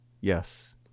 yes